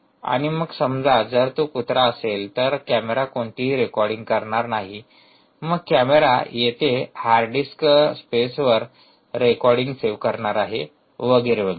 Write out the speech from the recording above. आणि मग समजा की जर तो कुत्रा असेल तर कॅमेरा कोणतेही रेकॉर्डिंग करणार नाही मग कॅमेरा येथे हार्ड डिस्क स्पेसवर रेकॉर्डींग सेव्ह करणार आहे वगैरे वगैरे